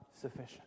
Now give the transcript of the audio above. sufficient